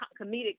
comedic